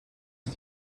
ist